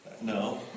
No